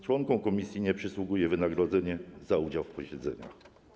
Członkom komisji nie przysługuje wynagrodzenie za udział w posiedzeniach.